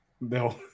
No